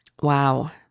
wow